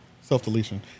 self-deletion